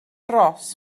ros